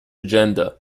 agenda